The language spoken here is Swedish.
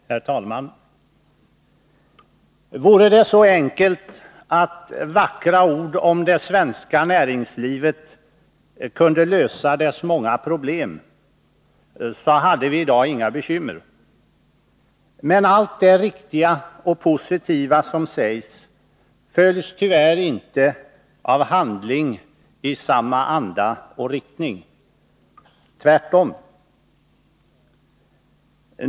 Herr talman! Vore det så enkelt att vackra ord om det svenska näringslivet kunde lösa dess många problem, så hade vi i dag inga bekymmer. Men allt det riktiga och positiva som sägs följs tyvärr inte av handling i samma anda och riktning — tvärtom.